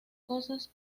cosas